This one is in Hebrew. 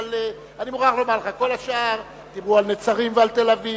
אבל אני מוכרח לומר לך: כל השאר דיברו על נצרים ועל תל-אביב,